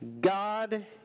God